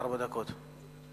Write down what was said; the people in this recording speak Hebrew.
ארבע דקות.